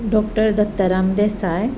doctor Dattaram Desai